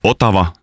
Otava